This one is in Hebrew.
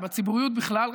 אלא בציבוריות בכלל.